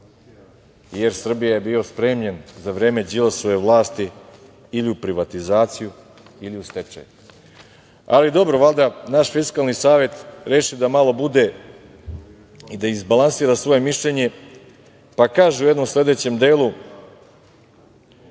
Er Srbija je bila spremljena za vreme Đilasove vlasti ili za privatizaciju ili za stečaj. Valjda naš Fiskalni savet reši da malo bude i da izbalansira svoje mišljenje, pa kaže u jednom sledećem delu